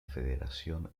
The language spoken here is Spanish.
federación